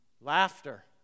laughter